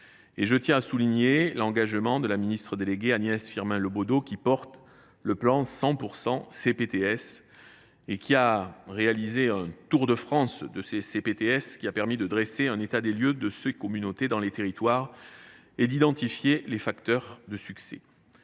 je tiens à souligner l’engagement de la ministre déléguée, Agnès Firmin Le Bodo, qui promeut le plan 100 % CPTS et qui a réalisé un « tour de France » des CPTS. Ce dernier a permis de dresser un état des lieux de ces communautés dans les territoires et d’identifier les facteurs de leur succès.